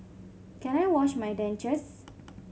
can I wash my dentures